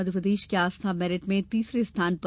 मध्यप्रदेश की आस्था मेरिट में तीसरे स्थान पर